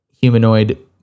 humanoid